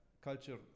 culture